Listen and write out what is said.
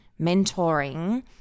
mentoring